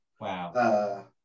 Wow